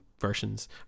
versions